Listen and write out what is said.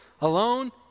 alone